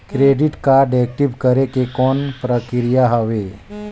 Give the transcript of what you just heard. Credit card active करे के कौन प्रक्रिया हवे?